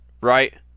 right